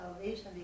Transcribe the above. salvation